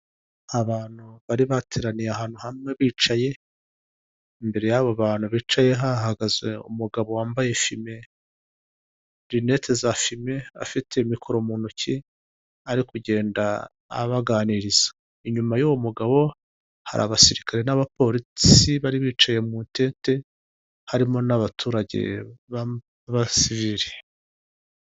Abantu bari bateraniye ahantu hamwe bicaye, imbere y'abo bantu bicaye hahagaze umugabo wambaye fime, rinete za fimi afite mikoro mu ntoki, ari kugenda abaganiriza. Inyuma y'uwo mugabo hari abasirikare n'abapolisi bari bicaye mu tete harimo n'abaturage b'abasivire.